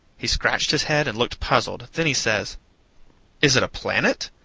he scratched his head and looked puzzled, then he says is it a planet?